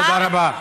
תודה רבה.